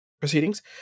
proceedings